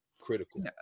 critical